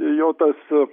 jo tas